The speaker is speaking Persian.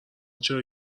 چرا